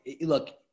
look